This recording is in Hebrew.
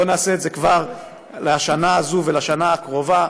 בואו נעשה את זה כבר לשנה הזאת ולשנה הקרובה,